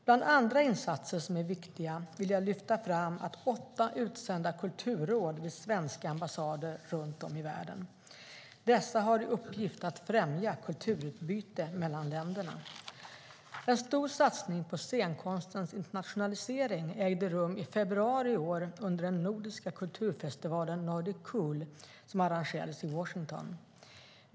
Bland andra insatser som är viktiga vill jag lyfta fram att åtta utsända kulturråd arbetar vid svenska ambassader runt om i världen. Dessa har i uppgift att främja kulturutbyte mellan länderna. En stor satsning på scenkonstens internationalisering ägde rum i februari i år, under den nordiska kulturfestivalen Nordic Cool som arrangerades i Washington.